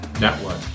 network